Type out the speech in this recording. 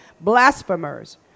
Blasphemers